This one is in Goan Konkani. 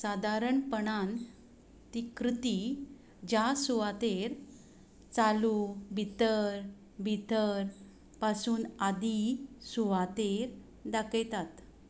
सादारणपणान ती कृती ज्या सुवातेर चालू भितर भितर पासून आदी सुवातेर दाखयतात